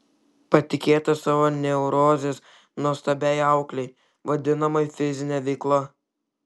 patikėti savo neurozes nuostabiai auklei vadinamai fizine veikla